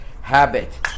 habit